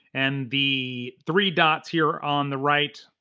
and the three dots here on the right,